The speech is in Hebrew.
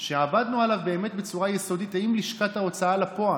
שעבדנו עליו באמת בצורה יסודית עם לשכת ההוצאה לפועל,